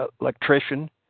electrician